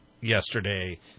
yesterday